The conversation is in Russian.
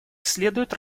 следует